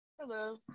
Hello